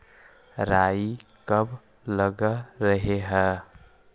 राई कब लग रहे है?